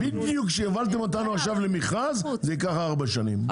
בדיוק כשצריך ללכת למכרז, זה ייקח ארבע שנים...